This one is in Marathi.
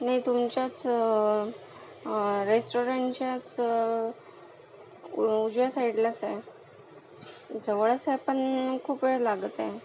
नाही तुमच्याच रेस्टोरंटच्याच उ उजव्या साईडलाचं आहे जवळच आहे पण खूप वेळ लागत आहे